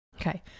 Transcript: Okay